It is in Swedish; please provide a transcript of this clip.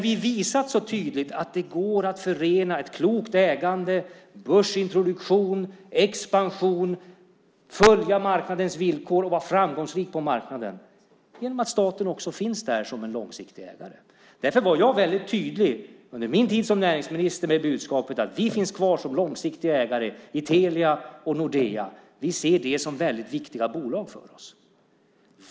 Vi har ju så tydligt visat att det går att förena ett klokt ägande, börsintroduktion, expansion och att följa marknadens villkor och vara framgångsrik på marknaden genom att också staten finns där som en långsiktig ägare. Därför var jag väldigt tydlig under min tid som näringsminister med budskapet: Vi finns kvar som långsiktiga ägare i Telia och Nordea. Vi ser dem som väldigt viktiga bolag för oss.